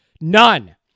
None